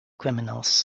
criminals